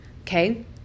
Okay